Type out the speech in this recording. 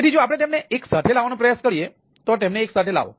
તેથી જો આપણે તેમને એક સાથે લાવવાનો પ્રયાસ કરીએ તો તેમને એક સાથે લાવો